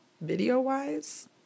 Video-wise